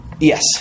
Yes